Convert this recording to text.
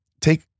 take